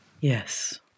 Yes